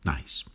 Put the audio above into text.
Nice